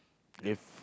if